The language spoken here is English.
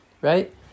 right